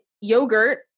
yogurt